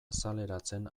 azaleratzen